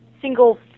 single